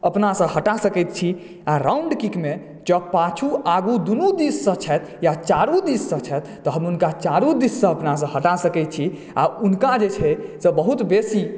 अपना सऽ हटा सकैत छी आ राउंड किक मे जौं पाछू आगू दुनू दीस सॅं छथि या चारु दीस सॅं छथि तऽ हम हुनका चारु दीस सॅं अपना सॅं हटा सकैत छी हुनका जे छै से बहुत बेसी